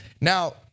Now